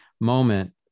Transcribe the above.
moment